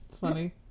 funny